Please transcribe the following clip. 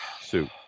suit